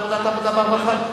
לא לוועדת העבודה והרווחה?